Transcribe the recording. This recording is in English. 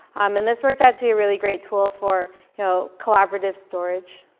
um and this worked out to be a really great tool for you know collaborative storage.